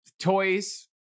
toys